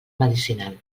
medicinal